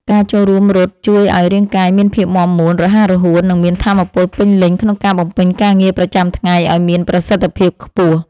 ការចូលរួមរត់ជួយឱ្យរាងកាយមានភាពមាំមួន រហ័សរហួន និងមានថាមពលពេញលេញក្នុងការបំពេញការងារប្រចាំថ្ងៃឱ្យមានប្រសិទ្ធភាពខ្ពស់។